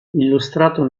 illustrato